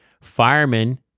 Firemen